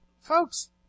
Folks